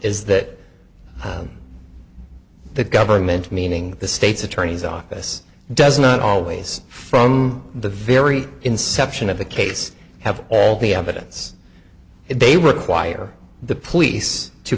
is that the government meaning the state's attorney's office does not always from the very inception of the case have all the evidence they require the police to